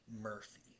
Murphy